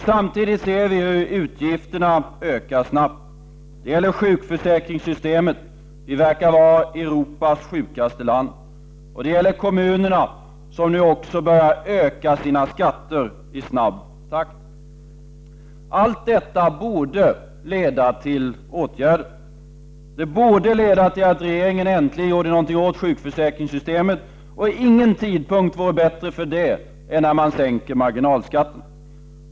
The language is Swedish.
Samtidigt ser vi hur utgifterna ökar snabbt. Det gäller t.ex. sjukförsäkringssystemet. Vi verkar vara Europas sjukaste land. Det gäller kommunerna, som nu dessutom börjar höja sina skatter i snabb takt. Detta borde leda till åtgärder. Det borde leda till att regeringen äntligen gjorde någonting åt sjukförsäkringssystemet. Det är svårt att tänka sig en bättre tidpunkt för det än när man sänker marginalskatterna.